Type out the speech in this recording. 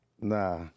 Nah